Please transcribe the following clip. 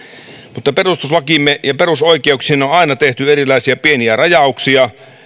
mutta perustuslakiimme ja perusoikeuksiin on on aina tehty erilaisia pieniä rajauksia